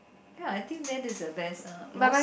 ya I think that is the best ah most